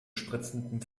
spritzendem